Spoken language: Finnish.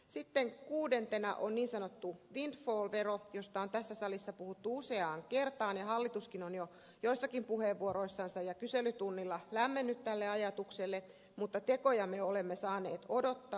sitten kuudentena on niin sanottu windfall vero josta on tässä salissa puhuttu useaan kertaan ja hallituskin on jo joissakin puheenvuoroissansa ja kyselytunnilla lämmennyt tälle ajatukselle mutta tekoja me olemme saaneet odottaa